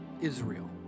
Israel